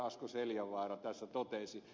asko seljavaara tässä totesi